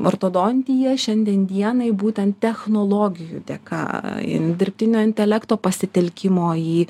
ortodontija šiandien dienai būtent technologijų dėka dirbtinio intelekto pasitelkimo į